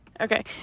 Okay